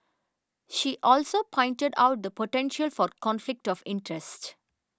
she also pointed out the potential for conflict of interest